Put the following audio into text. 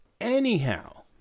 Anyhow